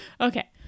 Okay